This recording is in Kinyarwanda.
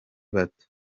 bato